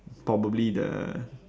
probably the